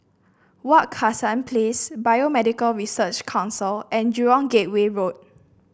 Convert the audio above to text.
Wak Hassan Place Biomedical Research Council and Jurong Gateway Road